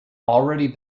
already